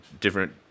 different